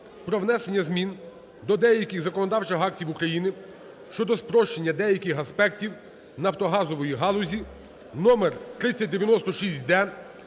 про внесення змін до деяких законодавчих актів України щодо спрощення деяких аспектів нафтогазової галузі (№ 3096-д)